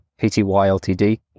PTYLTD